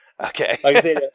Okay